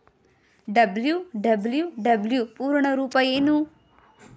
WWW ಪೂರ್ಣ ರೂಪ ಏನು?